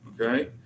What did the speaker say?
Okay